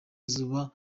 izuba